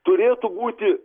turėtų būti